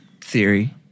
theory